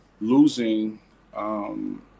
losing